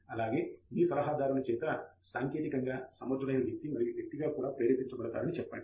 అలాగే మీ సలహాదారుని చేత సాంకేతికంగా సమర్థుడైన వ్యక్తి మరియు వ్యక్తిగా కూడా ప్రేరేపించబడతారని చెప్పండి